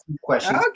questions